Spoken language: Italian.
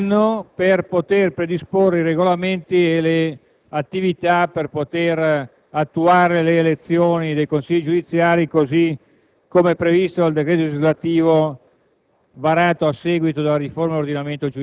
Il relatore ha dichiarato che c'era bisogno di un anno per poter predisporre i regolamenti e le attività necessarie per procedere alle elezioni dei Consigli giudiziari, così come previsto dal decreto legislativo